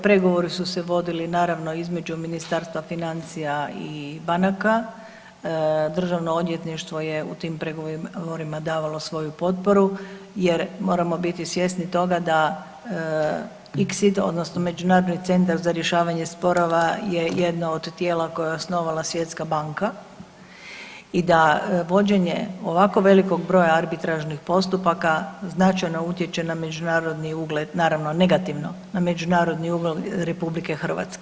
Pregovori su se vodili naravno između Ministarstva financija i banaka, DORH je u tim pregovorima davalo svoju potporu jer moramo biti svjesni toga da ICSID odnosno Međunarodni centar za rješavanje sporova je jedno od tijela koja je osnovala Svjetska banka i da vođenje ovako velikog broja arbitražnih postupaka značajno utječe na međunarodni ugled, naravno negativno, na međunarodni ugled RH.